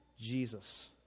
Jesus